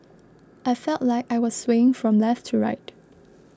I felt like I was swaying from left to right